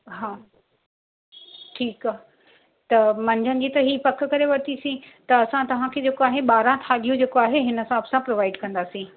हा ठीकु आहे त मंझंदि जी त हीअ पक करे वरितीसीं त असां तव्हांखे जेको आहे ॿाराहं थालियूं जेको आहे हुन हिसाब सां प्रोवाइड कंदासीं